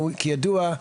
כידוע,